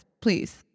please